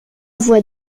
voie